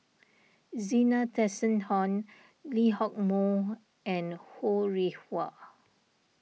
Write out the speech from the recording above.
Zena Tessensohn Lee Hock Moh and Ho Rih Hwa